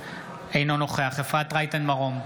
אינו נוכח אפרת רייטן מרום,